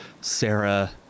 Sarah